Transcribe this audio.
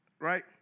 right